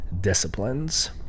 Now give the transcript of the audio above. disciplines